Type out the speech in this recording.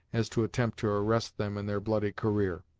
as to attempt to arrest them in their bloody career.